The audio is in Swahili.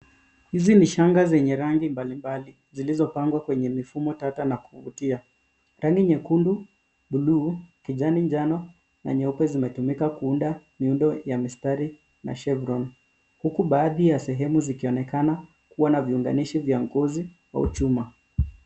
Hizi ni shanga zenye rangi mbalimbali, zilizopangwa kwenye mifumo tata na kuvutia. Rangi nyekundu, buluu ,kijani njano na nyeupe zimetumika kuunda miundo ya mistari na shavronne huku baadhi ya sehemu zikionekana kuwa na vinganishi vya ngozi au chuma.